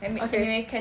okay